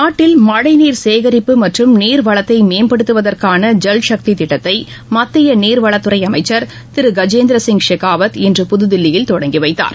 நாட்டில் மழைநீர் சேகரிப்பு மற்றம் நீர்வளத்தை மேம்படுத்துவதற்கான ஜல் சக்தி திட்டத்தை மத்திய நீர்வளத்துறை அமைச்சர் திரு கஜேந்திர சிங் செகாவத் இன்று புதுதில்லியில் தொடங்கி வைத்தார்